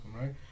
right